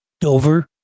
Dover